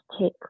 take